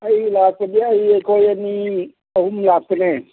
ꯑꯩ ꯂꯥꯛꯄꯗꯤ ꯑꯩ ꯑꯩꯈꯣꯏ ꯑꯅꯤ ꯑꯍꯨꯝ ꯂꯥꯛꯄꯅꯦ